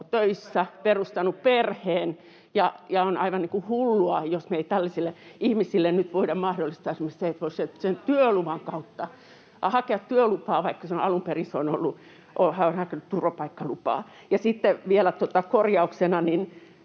perustaneet perheen, ja on aivan hullua, jos me ei tällaisille ihmisille nyt voida mahdollistaa esimerkiksi sitä, että voisi hakea työlupaa, vaikka on alun perin hakenut turvapaikkalupaa. Sitten vielä korjauksena: